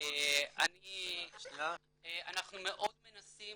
אנחנו מאוד מנסים